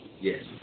Yes